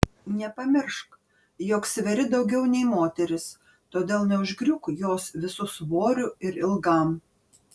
nepamiršk jog sveri daugiau nei moteris todėl neužgriūk jos visu svoriu ir ilgam